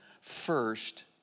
first